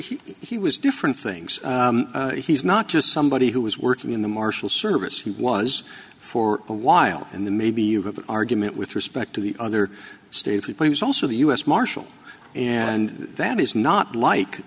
he was different things he's not just somebody who was working in the marshal service who was for a while and then maybe you have an argument with respect to the other states he plays also the u s marshal and that is not like